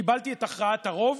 קיבלתי את הכרעת הרוב.